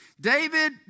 david